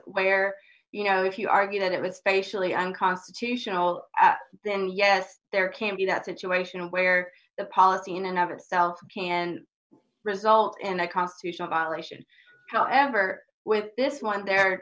where you know if you argue that it was facially unconstitutional then yes there can be that situation where the policy in and of itself can result in a constitutional violation however with this one